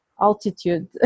altitude